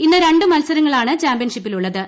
ഇന്ന് രണ്ട് മൽസരങ്ങളാണ് ചാമ്പ്യൻഷിപ്പിലുള്ളത്